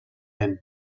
him